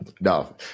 No